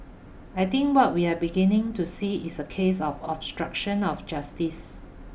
I think what we are beginning to see is a case of obstruction of justice